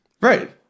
Right